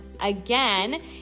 again